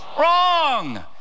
Wrong